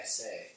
say